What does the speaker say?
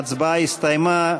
ההצבעה הסתיימה.